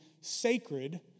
sacred